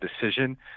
decision